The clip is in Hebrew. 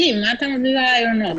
אלי, מה אתה מביא לו רעיונות?